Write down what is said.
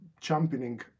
championing